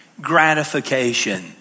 gratification